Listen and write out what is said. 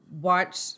watch